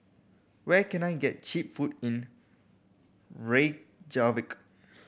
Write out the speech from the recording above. where can I get cheap food in Reykjavik